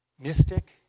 mystic